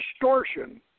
distortion